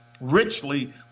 richly